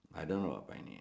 I don't know about pioneer